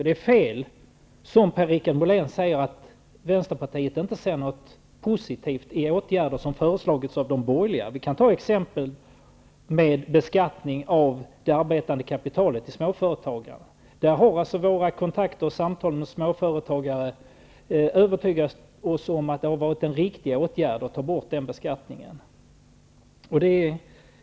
Det är fel som Per-Richard Molén säger att vänsterpartiet inte ser något positivt i åtgärder som föreslagits av de borgerliga. Som exempel kan jag nämna beskattningen av det arbetande kapitalet i småföretagen. Våra kontakter och samtal med småföretagare har övertygat oss om att det har varit en riktig åtgärd att ta bort den beskattningen.